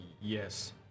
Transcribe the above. yes